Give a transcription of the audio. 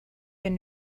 been